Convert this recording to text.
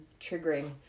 triggering